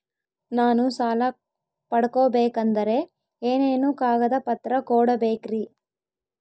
ನಾನು ಸಾಲ ಪಡಕೋಬೇಕಂದರೆ ಏನೇನು ಕಾಗದ ಪತ್ರ ಕೋಡಬೇಕ್ರಿ?